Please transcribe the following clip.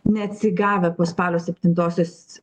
neatsigavę po spalio septintosios